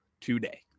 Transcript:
today